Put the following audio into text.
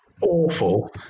awful